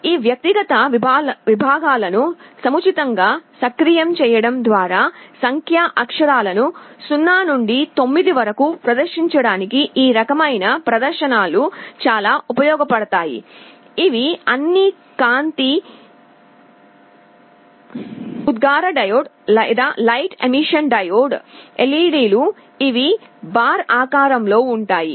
ఈ వ్యక్తిగత విభాగాలను సముచితంగా సక్రియం చేయడం ద్వారా సంఖ్యా అక్షరాలను 0 నుండి 9 వరకు ప్రదర్శించడానికి ఈ రకమైన ప్రదర్శనలు చాలా ఉపయోగపడతాయి ఇవి అన్ని కాంతి ఉద్గార డయోడ్లు Light Emission Diode లేదా LED లు ఇవి బార్ ఆకారంలో ఉంటాయి